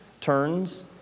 turns